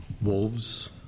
wolves